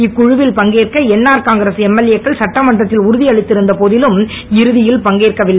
இக்குழுவில் பங்கேற்க NR Congress MLA க்கள் சட்டமன்றத்தில் உறுதி அளித்திருந்த போதிலும் இறுதியில் பங்கேற்கவில்லை